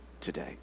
today